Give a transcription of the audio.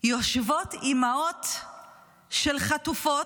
יושבות אימהות של חטופות,